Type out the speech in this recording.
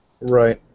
Right